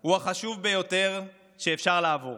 הוא החשוב ביותר שאפשר לעבור.